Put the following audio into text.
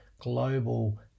global